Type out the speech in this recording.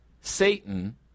Satan